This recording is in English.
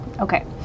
Okay